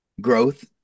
growth